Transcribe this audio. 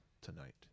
tonight